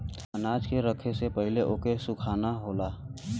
अनाज के रखे से पहिले ओके सुखाना होला